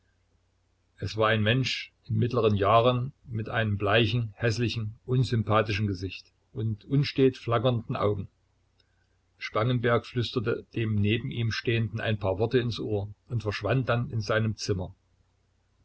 es war ein mensch in mittleren jahren mit einem bleichen häßlichen unsympathischen gesicht und unstet flackernden augen spangenberg flüsterte dem neben ihm stehenden ein paar worte ins ohr und verschwand dann in seinem zimmer